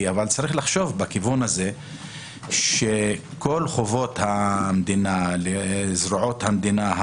אבל צריך לחשוב בכיוון זה שכל חובות המדינה לזרועות המדינה,